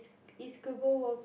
is global warming